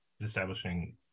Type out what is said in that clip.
establishing